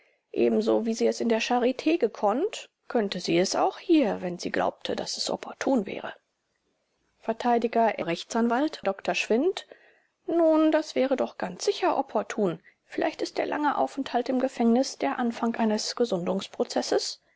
ebenso wie sie es in der charit gekonnt konnt könnte sie es auch hier wenn sie glaubte daß es opportun wäre vert r a dr schwindt nun das wäre doch ganz sicher opportun vielleicht ist der lange aufenthalt im gefängnis der anfang eines